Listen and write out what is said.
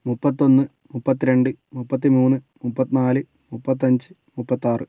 മുപ്പത്തൊന്ന് മുപ്പത്തിരണ്ട് മുപ്പത്തിമൂന്ന് മുപ്പത്തിനാല് മുപ്പത്തി അഞ്ച് മുപ്പത്താറ്